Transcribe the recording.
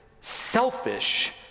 selfish